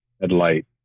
headlight